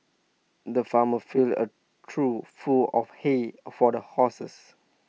the farmer filled A trough full of hay for the horses